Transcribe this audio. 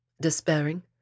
Despairing